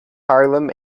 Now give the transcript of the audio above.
harlem